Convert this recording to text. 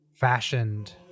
fashioned